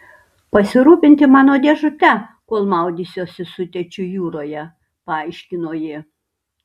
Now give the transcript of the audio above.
pasirūpinti mano dėžute kol maudysiuosi su tėčiu jūroje paaiškino ji